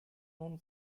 known